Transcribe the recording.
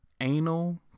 anal